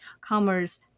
commerce